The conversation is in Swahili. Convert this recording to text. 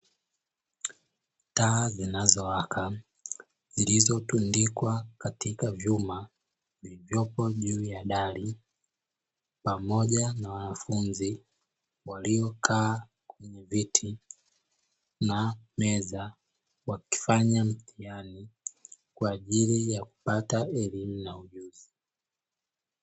Taa zinazowaka zilizo tundikwa katika vyuma vilivyopo juu ya dari, pamoja na wanafunzi waliokaa kwenye viti na meza wakifanya mtihani kwa ajili ya kupata elimu na ujuzi.